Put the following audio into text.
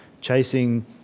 chasing